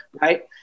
Right